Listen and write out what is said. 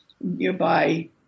nearby